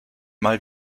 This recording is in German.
mal